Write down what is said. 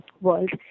world